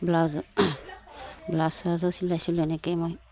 ব্লাউজো blouse চ্লাউজো চিলাইছিলোঁ এনেকৈয়ে মই